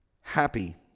happy